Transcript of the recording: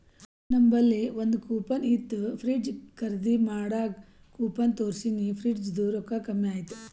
ನಂಬಲ್ಲಿ ಒಂದ್ ಕೂಪನ್ ಇತ್ತು ಫ್ರಿಡ್ಜ್ ಖರ್ದಿ ಮಾಡಾಗ್ ಕೂಪನ್ ತೋರ್ಸಿನಿ ಫ್ರಿಡ್ಜದು ರೊಕ್ಕಾ ಕಮ್ಮಿ ಆಯ್ತು